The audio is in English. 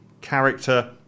character